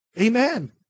Amen